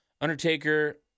Undertaker